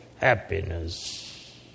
happiness